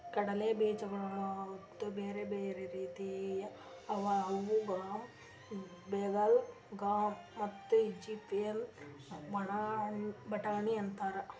ಕಡಲೆ ಬೀಜಗೊಳ್ದು ಬ್ಯಾರೆ ಬ್ಯಾರೆ ರೀತಿಗೊಳ್ ಅವಾ ಅವು ಗ್ರಾಮ್, ಬೆಂಗಾಲ್ ಗ್ರಾಮ್ ಮತ್ತ ಈಜಿಪ್ಟಿನ ಬಟಾಣಿ ಅಂತಾರ್